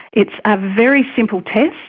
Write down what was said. it's a very simple test,